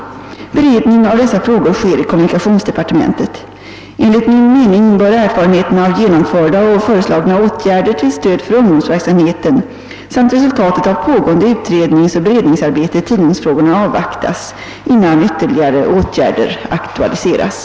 Beredning av dessa frågor sker i kommunikationsdepartementet. Enligt min mening bör erfarenheterna av genomförda och föreslagna åtgärder till stöd för ungdomsverksamheten samt resultatet av pågående utredningsoch beredningsarbete i tidningsfrågorna avvaktas, innan ytterligare åtgärder aktualiseras.